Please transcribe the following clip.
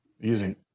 Easy